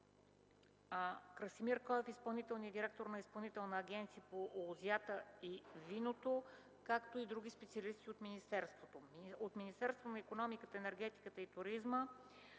Красимир Коев – изпълнителен директор на Изпълнителната агенция по лозата и виното (ИАЛВ), както и други специалисти от министерството; от Министерството на икономиката, енергетиката и туризма: